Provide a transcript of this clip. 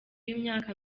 w’imyaka